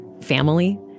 family